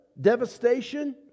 devastation